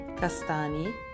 castani